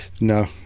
no